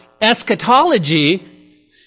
eschatology